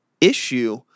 issue